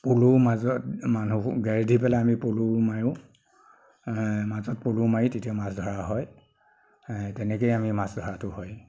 পল'ও মাজত মানুহো ঘেৰ দি পেলাই আমি পল' মাৰোঁ মাজত পল' মাৰি তেতিয়া মাছ ধৰা হয় তেনেকৈয়ে আমি মাছ ধৰাতো হয়